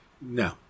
No